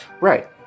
Right